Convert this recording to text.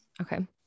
Okay